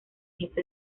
jefe